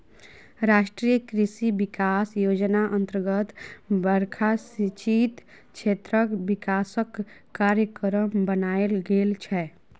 राष्ट्रीय कृषि बिकास योजना अतर्गत बरखा सिंचित क्षेत्रक बिकासक कार्यक्रम बनाएल गेल छै